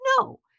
No